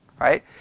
Right